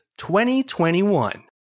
2021